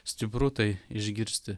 stipru tai išgirsti